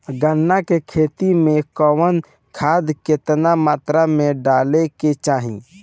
गन्ना के खेती में कवन खाद केतना मात्रा में डाले के चाही?